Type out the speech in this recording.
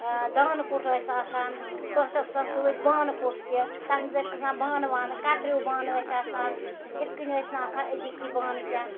دانہٕ کُٹھ ٲسۍ آسان تَتھ ٲس آسان سۭتۍ بانہٕ کُٹھ تہِ تَتھ منٛز ٲسۍ آسان بانہٕ وانہٕ کَتریوٗ بانہٕ ٲسۍ آسان یِتھ کٔنۍ ٲسۍ نہٕ آسان أزِکۍ ہی بانہٕ کینٛہہ